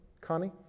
Connie